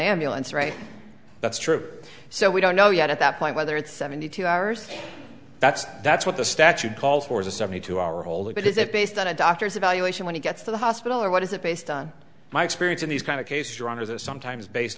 ambulance right that's true so we don't know yet at that point whether it's seventy two hours that's that's what the statute calls for a seventy two hour hold but is it based on a doctor's evaluation when he gets to the hospital or what is it based on my experience in these kind of cases your honor sometimes based